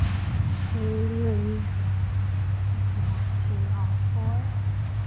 and slowly release. and come back to all fours.